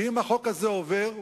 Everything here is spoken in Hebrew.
כי אם החוק הזה עובר,